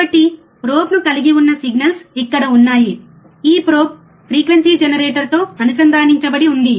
కాబట్టి ప్రోబ్ను కలిగి ఉన్న సిగ్నల్స్ ఇక్కడ ఉన్నాయి ఈ ప్రోబ్ ఫ్రీక్వెన్సీ జనరేటర్తో అనుసంధానించబడి ఉంది